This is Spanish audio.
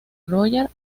royal